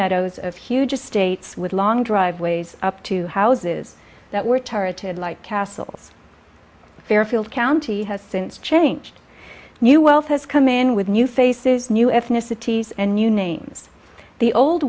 meadows of huge estates with long driveways up to houses that were targeted like castles fairfield county has since changed new wells has come in with new faces new ethnicities and new names the old